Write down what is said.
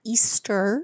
Easter